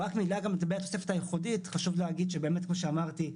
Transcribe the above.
ורק מילה לגבי התוספת הייחודית כמו שאמרתי,